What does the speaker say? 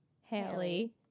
Haley